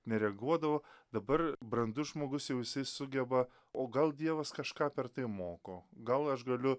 nereaguodavo dabar brandus žmogus jau jisai sugeba o gal dievas kažką per tai moko gal aš galiu